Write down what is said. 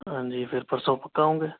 ਹਾਂਜੀ ਫਿਰ ਪਰਸੋਂ ਪੱਕਾ ਆਓਂਗੇ